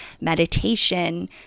meditation